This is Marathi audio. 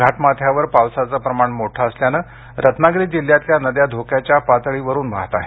घाटमाथ्यावर पावसाचं प्रमाण मोठं असल्यानं रत्नागिरी जिल्ह्यातल्या नद्या धोक्याच्या पातळीवरून वाहत आहेत